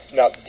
Now